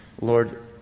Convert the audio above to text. Lord